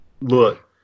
look